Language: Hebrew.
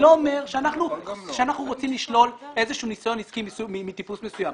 אני לא אומר שאנחנו רוצים לשלול איזשהו ניסיון עסקי מטיפוס מסוים.